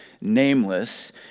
nameless